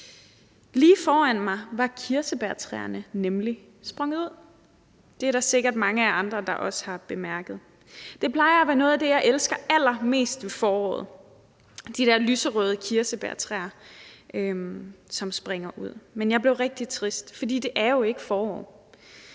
Lige foran mig var kirsebærtræerne nemlig sprunget ud; det er der sikkert mange af jer andre der også har bemærket. Det plejer at være noget af det, jeg elsker allermest ved foråret – de der lyserøde kirsebærtræer, som springer ud – men jeg blev rigtig trist, for det er jo ikke forår.